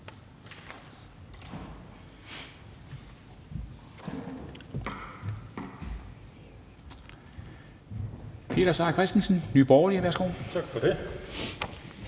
Peter Seier Christensen, Nye Borgerlige.